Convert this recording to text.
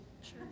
Sure